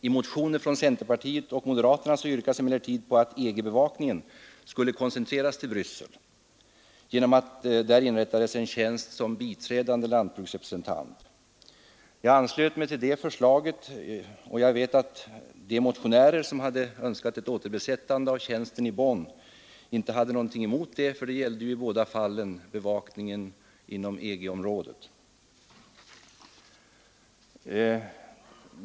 I motioner från centerpartiet och moderaterna yrkades emellertid att EG-bevakningen skall koncentreras till Bryssel genom att där inrättas en tjänst som biträdande lantbruksrepresentant. Jag anslöt mig till det förslaget, och jag vet att de motionärer som önskade ett återbesättande av tjänsten i Bonn inte hade någonting emot detta, eftersom det i båda fallen gällde bevakningen inom EG-området.